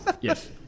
Yes